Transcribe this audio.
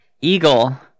eagle